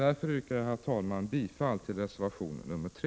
Därför yrkar jag bifall till reservation 3.